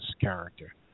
character